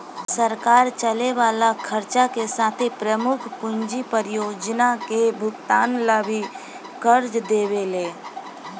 सरकार चले वाला खर्चा के साथे प्रमुख पूंजी परियोजना के भुगतान ला भी कर्ज देवेले